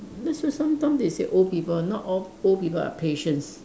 let's say sometime they say old people not all old people are patience